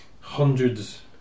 hundreds